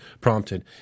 prompted